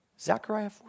Zechariah